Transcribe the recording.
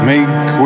Make